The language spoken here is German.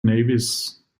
nevis